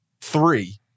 three